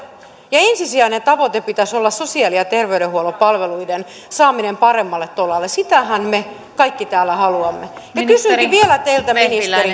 ja ensisijaisen tavoitteen pitäisi olla sosiaali ja terveydenhuollon palveluiden saaminen paremmalle tolalle sitähän me kaikki täällä haluamme kysynkin vielä teiltä